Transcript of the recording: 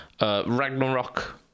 Ragnarok